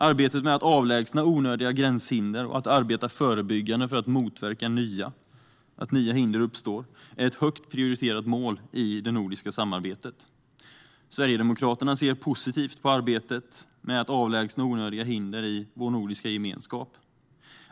Arbetet med att avlägsna onödiga gränshinder och att arbeta förebyggande för att motverka att nya hinder uppstår är ett högt prioriterat mål i det nordiska samarbetet. Sverigedemokraterna ser positivt på arbetet med att avlägsna onödiga hinder i vår nordiska gemenskap.